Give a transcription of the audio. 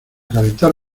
calentar